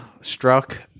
struck